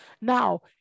now